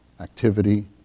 activity